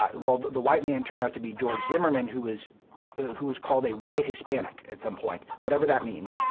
um well, the white man turned out to be george zimmerman who was who was called a white hispanic at some point, whatever that means.